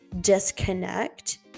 disconnect